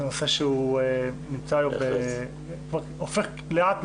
זה נושא שהוא הופך לאט,